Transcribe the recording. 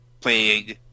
playing